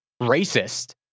racist